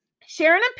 Sharon